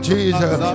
Jesus